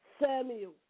Samuel